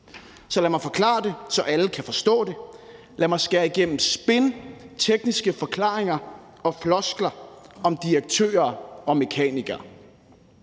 Så lad mig forklare det, så alle kan forstå det; lad mig skære igennem spin, tekniske forklaringer og floskler om direktører og mekanikere.